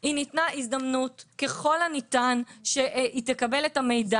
- אם ניתנה הזדמנות ככל הניתן שהיא תקבל את המידע